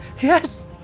yes